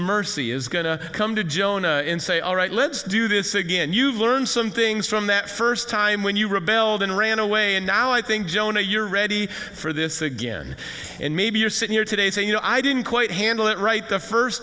mercy is going to come to jonah in say all right let's do this again you've learned some things from that first time when you rebelled and ran away and now i think jonah you're ready for this again and maybe you're sitting here today saying you know i didn't quite handle it right the first